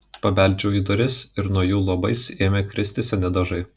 pabeldžiau į duris ir nuo jų luobais ėmė kristi seni dažai